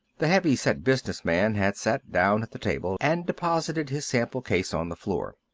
the heavy-set business man had sat down at the table and deposited his sample case on the floor.